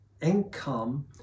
income